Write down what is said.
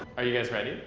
are you guys ready?